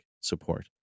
support